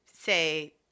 say